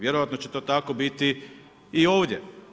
Vjerojatno će to tako biti i ovdje.